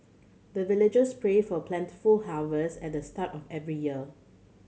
the villagers pray for plentiful harvest at the start of every year